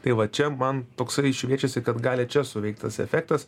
tai va čia man toksai šviečiasi kad gali čia suveikt tas efektas